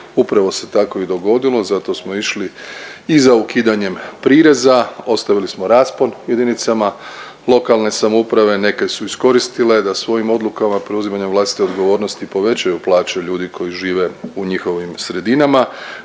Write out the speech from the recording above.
upravo se tako i dogodilo, zato smo išli i za ukidanjem prireza, ostavili smo raspon jedinicama lokalne samouprave, neke su iskoristile da svojim odlukama preuzimanja vlastite odgovornosti povećaju plaće ljudi koji žive u njihovim sredinama,